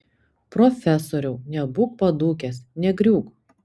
profesoriau nebūk padūkęs negriūk